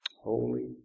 Holy